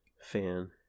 fan